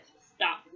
Stop